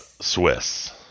Swiss